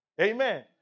Amen